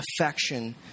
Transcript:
affection